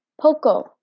Poco